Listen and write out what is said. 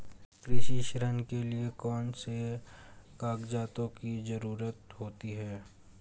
कृषि ऋण के लिऐ कौन से कागजातों की जरूरत होती है?